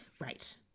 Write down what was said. right